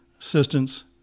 assistance